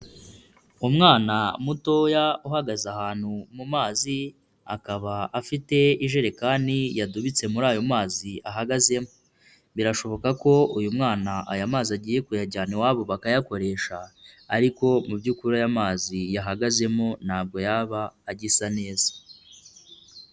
Umwana mutoya uhagaze ahantu mu mazi, akaba afite ijerekani yadubitse muri ayo mazi ahagazemo. Birashoboka ko uyu mwana aya mazi agiye kuyajyana iwabo bakayakoresha ariko mu by'ukuri aya mazi yahagazemo ntabwo yaba agisa neza.